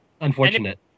unfortunate